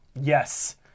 Yes